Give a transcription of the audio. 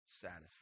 satisfied